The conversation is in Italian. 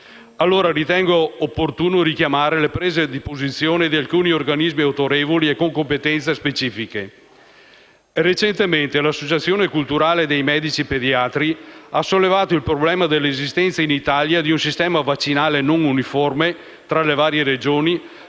ritengo opportuno richiamare le prese di posizione di alcuni organismi autorevoli e con competenze specifiche. Recentemente, l'Associazione culturale dei medici pediatri ha sollevato il problema dell'esistenza in Italia di un sistema vaccinale non uniforme tra le varie Regioni